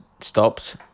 stopped